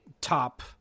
top